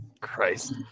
Christ